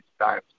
times